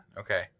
Okay